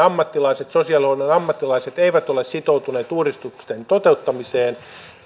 ja sosiaalihuollon ammattilaiset eivät ole sitoutuneet uudistusten toteuttamiseen näen